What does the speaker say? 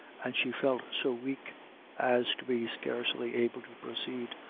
and she felt so weak as to be scarcely able to proceed.